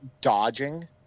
dodging